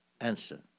answer